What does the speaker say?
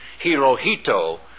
Hirohito